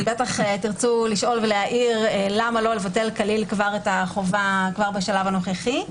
תרצו להעיר ודאי למה לא לבטל כליל את החובה כבר בשלב הנוכחי.